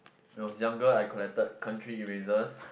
it was younger I collected country erasers